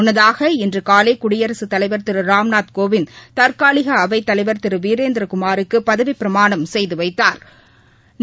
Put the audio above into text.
முன்னதாக இன்று காலை குடியரசுத் தலைவர் திரு ராம்நாத்கோவிந்த் தற்காலிக அவைத் தலைவா் திரு வீரேந்திரகுமாருக்கு பதவிப்பிரமாணம் செய்து வைத்தாா்